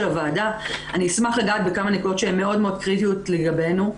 הוועדה אני אשמח לגעת בכמה נקודות שהן מאוד-מאוד קריטיות לגבינו.